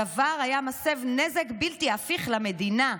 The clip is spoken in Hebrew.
הדבר היה מסב נזק בלתי הפיך למדינה,